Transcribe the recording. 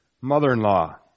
mother-in-law